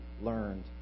learned